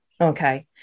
okay